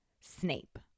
Snape